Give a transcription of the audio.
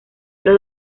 los